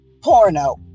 porno